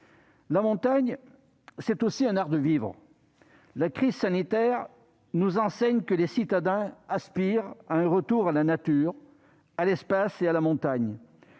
La montagne, c'est aussi un art de vivre. La crise sanitaire nous enseigne que les citadins aspirent à un retour à la nature, à l'espace et à la montagne.